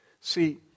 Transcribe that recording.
See